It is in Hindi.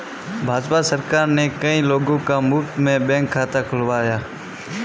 भाजपा सरकार ने कई लोगों का मुफ्त में बैंक खाता खुलवाया